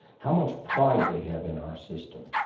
how much pride they have in our system.